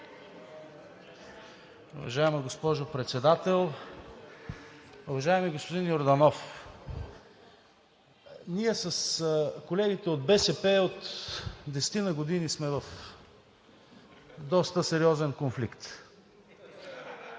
Уважаема госпожо Председател! Уважаеми господин Йорданов, ние с колегите от БСП от десетина години сме в доста сериозен конфликт.